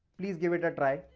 please give it a try.